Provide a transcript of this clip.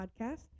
podcast